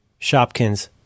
Shopkins